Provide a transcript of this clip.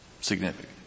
significant